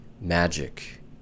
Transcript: magic